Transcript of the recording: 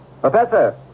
Professor